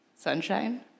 Sunshine